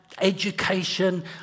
education